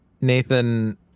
Nathan